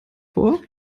vor